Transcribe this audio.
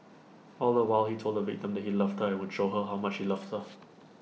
all the while he told the victim that he loved her and would show her how much he loved her